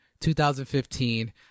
2015